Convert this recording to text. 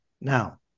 Now